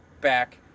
back